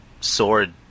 sword